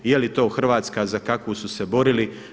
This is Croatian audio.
Je li to Hrvatska za kakvu su se borili?